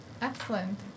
Excellent